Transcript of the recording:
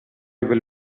will